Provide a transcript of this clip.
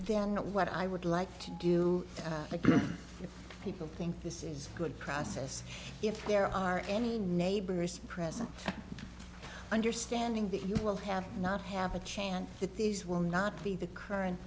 not what i would like to do people think this is a good process if there are any neighbors present understanding that you will have not have a chance that these will not be the current